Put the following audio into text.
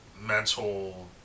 mental